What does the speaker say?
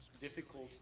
difficult